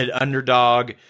underdog